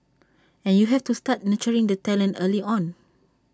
and you have to start nurturing the talent early on